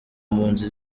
mpunzi